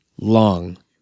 long